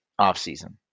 offseason